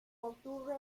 octubre